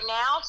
now